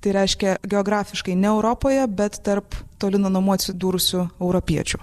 tai reiškia geografiškai ne europoje bet tarp toli nuo namų atsidūrusių europiečių